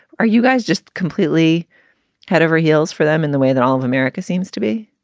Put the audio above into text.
are you guys just completely head over heels for them in the way that all of america seems to be?